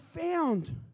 found